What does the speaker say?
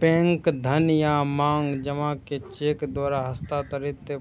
bank धन या मांग जमा कें चेक द्वारा हस्तांतरित